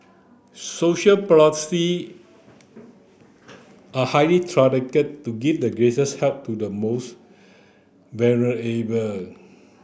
social policy are highly targeted to give the greatest help to the most